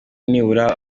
nibura